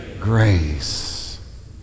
Grace